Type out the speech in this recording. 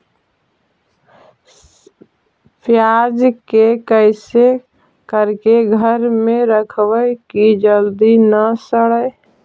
प्याज के कैसे करके घर में रखबै कि जल्दी न सड़ै?